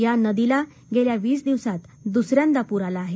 या नदीला गेल्या वीस दिवसांत दुसऱ्यांदा पूर आला आहे